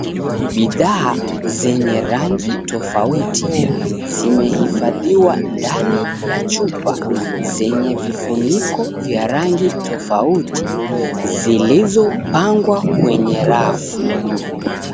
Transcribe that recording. Bidhaa zenye rangi tofauti zimehifadhiwa ndani ya chupa zenye vifuniko vya rangi tofauti zilizopangwa kwenye rafu.